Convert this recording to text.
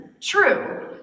true